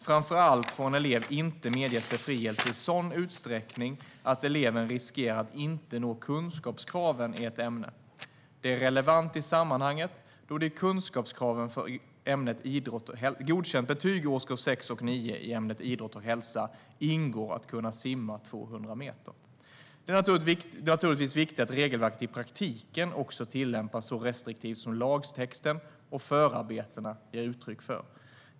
Framför allt får en elev inte medges befrielse i sådan utsträckning att eleven riskerar att inte nå kunskapskraven i ett ämne. Detta är relevant i sammanhanget då det i kunskapskraven för godkänt betyg i årskurs 6 och 9 i ämnet idrott och hälsa ingår att kunna simma 200 meter. Det är naturligtvis viktigt att regelverket i praktiken också tillämpas så restriktivt som lagtexten och förarbetena ger uttryck för.